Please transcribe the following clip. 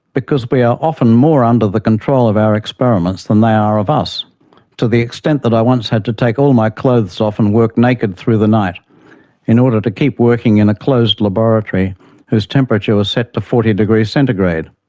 because we are often more under the control of our experiments than they ah are of us to the extent that i once had to take all my clothes off and work naked through the night in order to keep working in a closed laboratory whose temperature was set to forty degrees centigrade,